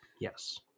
Yes